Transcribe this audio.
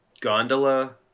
gondola